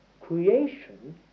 Creation